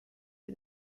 for